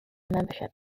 membership